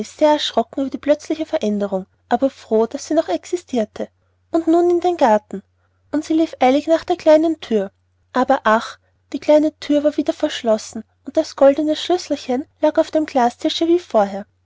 sehr erschrocken über die plötzliche veränderung aber froh daß sie noch existirte und nun in den garten und sie lief eilig nach der kleinen thür aber ach die kleine thür war wieder verschlossen und das goldene schlüsselchen lag auf dem glastische wie vorher